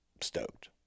stoked